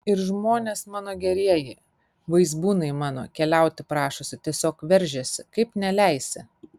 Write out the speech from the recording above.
ir žmonės mano gerieji vaizbūnai mano keliauti prašosi tiesiog veržiasi kaip neleisi